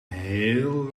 heel